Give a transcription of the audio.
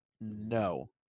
No